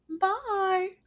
Bye